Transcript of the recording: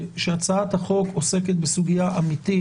שהצעת החוק עוסקת בסוגיה אמיתית,